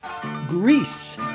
Greece